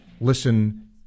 listen